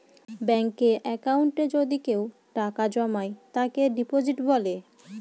ব্যাঙ্কে একাউন্টে যদি কেউ টাকা জমায় তাকে ডিপোজিট বলে